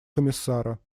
комиссара